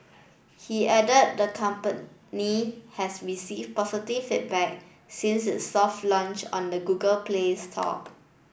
he added the company has received positive feedback since its soft launch on the Google Play Store